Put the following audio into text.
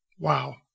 Wow